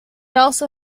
also